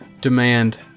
demand